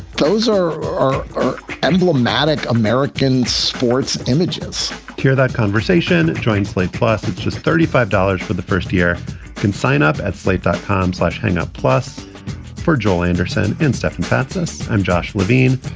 those are are are emblematic american sports images here that conversation jointly. plus, it's just thirty five dollars for the first year can sign up at slate dot com. slash hang-up plus for joel anderson and stefan fatsis. i'm josh levine.